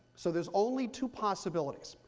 so there's only two possibilities.